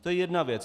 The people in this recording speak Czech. To je jedna věc.